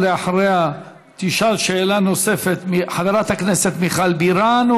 ואחריה תשאל שאלה נוספת חברת הכנסת מיכל בירן,